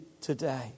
today